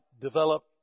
develop